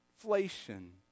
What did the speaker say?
Inflation